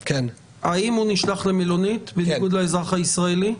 האם הוא נשלח למלונית בניגוד לאזרח הישראלי?